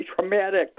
traumatic